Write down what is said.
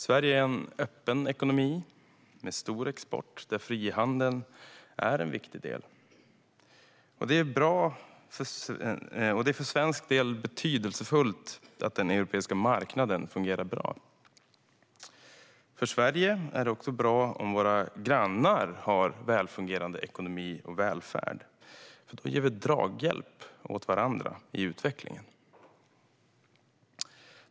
Sverige är en öppen ekonomi med stor export där frihandeln är en viktig del, och det är för svensk del betydelsefullt att den europeiska marknaden fungerar bra. För Sverige är det också bra om våra grannar har välfungerande ekonomi och välfärd, för då ger vi draghjälp åt varandra i utvecklingen.